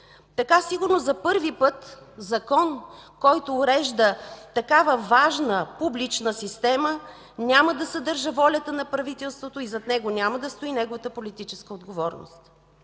Така сигурно за първи път закон, който урежда такава важна публична система, няма да съдържа волята на правителството и зад него няма да стои неговата политическа отговорност.